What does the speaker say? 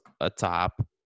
atop